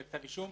או לכתב אישום,